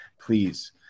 please